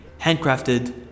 handcrafted